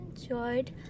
enjoyed